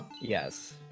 Yes